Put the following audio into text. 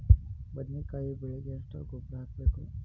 ಬದ್ನಿಕಾಯಿ ಬೆಳಿಗೆ ಎಷ್ಟ ಗೊಬ್ಬರ ಹಾಕ್ಬೇಕು?